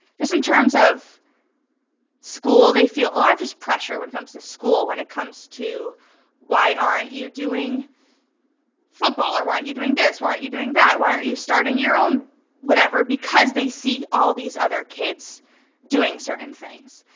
just in terms of school, they feel a lot of pressure when it comes to school, when it comes to why aren't you doing football, or why aren't you doing this, why aren't you doing that? why aren't you starting your own whatever? because they see all these other kids doing certain things.